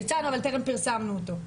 יצאנו אבל טרם פרסמנו אותו.